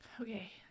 Okay